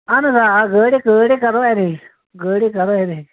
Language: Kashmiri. اَہن حظ آ گٲڑے گٲڑے کَرو ارینٛج گٲڑے کَرو اَرینٛج